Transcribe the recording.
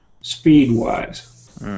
speed-wise